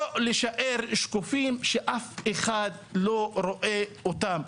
לא להישאר שקופים, שאף אחד לא רואה אותם.